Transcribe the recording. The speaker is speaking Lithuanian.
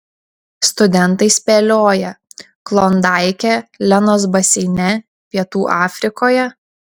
studentai spėlioja klondaike lenos baseine pietų afrikoje